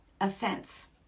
offense